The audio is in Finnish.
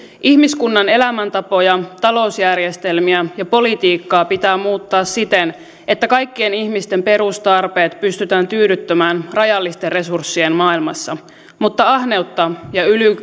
ihmiskunnan elämäntapoja talousjärjestelmiä ja politiikkaa pitää muuttaa siten että kaikkien ihmisten perustarpeet pystytään tyydyttämään rajallisten resurssien maailmassa mutta ahneutta ja